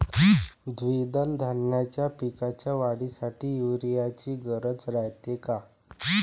द्विदल धान्याच्या पिकाच्या वाढीसाठी यूरिया ची गरज रायते का?